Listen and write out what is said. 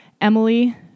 Emily